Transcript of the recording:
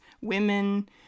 women